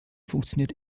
funktioniert